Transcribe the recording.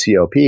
COP